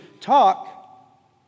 talk